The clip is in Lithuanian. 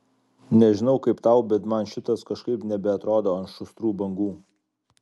nežinau kaip tau bet man šitas kažkaip nebeatrodo ant šustrų bangų